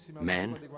men